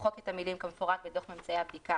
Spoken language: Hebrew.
למחוק את המילים "כמפורט בדוח ממצאי הבדיקה",